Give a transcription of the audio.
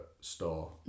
store